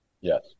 Yes